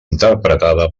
interpretada